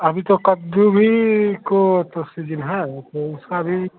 अभी तो कद्दू भी को तो सीजीन है तो उसका भी